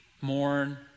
mourn